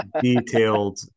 detailed